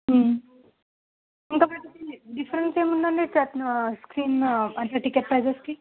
ఇంకా దానికి డిఫరెన్స్ ఏం ఉందండి అంత స్క్రీన్ అంటే టికెట్ పైసెస్కి